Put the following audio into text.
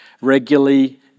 regularly